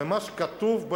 במה שכתוב,